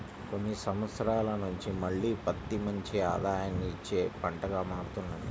కొన్ని సంవత్సరాల నుంచి మళ్ళీ పత్తి మంచి ఆదాయాన్ని ఇచ్చే పంటగా మారుతున్నది